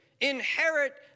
Inherit